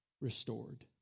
restored